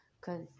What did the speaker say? cause